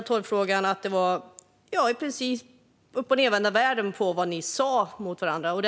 I torvfrågan var det uppochnedvända världen vad gäller det ni sa.